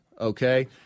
okay